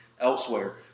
elsewhere